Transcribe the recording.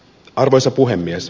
arvoisa puhemies